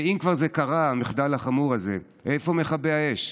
ואם כבר זה קרה, המחדל החמור הזה, איפה מכבי האש?